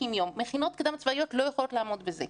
מכינות קדם צבאיות לא יכולות לעמוד בזה.